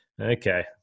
okay